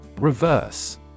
Reverse